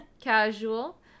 casual